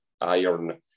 iron